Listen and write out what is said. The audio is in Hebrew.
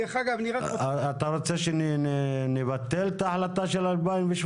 דרך אגב --- אתה רוצה שנבטל את ההחלטה של 2017?